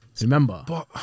remember